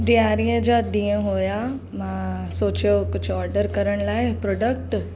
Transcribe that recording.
ॾियारीअ जा ॾींहं हुया मां सोचियो कुझु ऑडर करण लाइ प्रोडक्ट